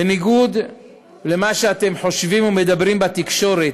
בניגוד למה שאתם חושבים ומדברים בתקשורת,